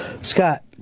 Scott